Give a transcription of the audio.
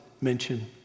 mention